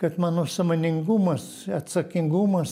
kad mano sąmoningumas atsakingumas